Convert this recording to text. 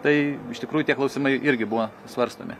tai iš tikrųjų tie klausimai irgi buvo svarstomi